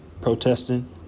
protesting